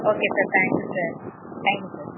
okay sir thank you sir thank you sir